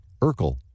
Urkel